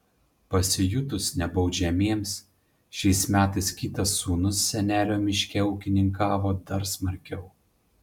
pasijutus nebaudžiamiems šiais metais kitas sūnus senelio miške ūkininkavo dar smarkiau